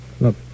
Look